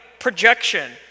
Projection